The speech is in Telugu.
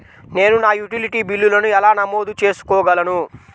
నేను నా యుటిలిటీ బిల్లులను ఎలా నమోదు చేసుకోగలను?